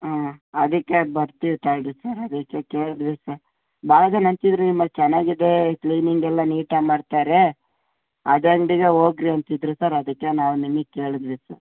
ಹ್ಞೂ ಅದಕ್ಕೆ ಬರ್ತೀವಿ ತಗಳ್ರಿ ಸರ್ ಅದಕ್ಕೆ ಕೇಳಿದ್ವಿ ಸರ್ ಭಾಳ ಜನ ಅಂತಿದ್ದರು ನಿಮ್ಮಲ್ಲಿ ಚೆನ್ನಾಗಿದೆ ಕ್ಲೀನಿಂಗ್ ಎಲ್ಲ ನೀಟಾಗಿ ಮಾಡ್ತಾರೆ ಅದೇ ಅಂಗಡಿಗೆ ಹೋಗ್ರಿ ಅಂತಿದ್ದರು ಸರ್ ಅದಕ್ಕೆ ನಾವು ನಿಮಿಗೆ ಕೇಳಿದ್ವಿ ಸರ್